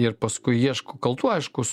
ir paskui ieško kaltų aišku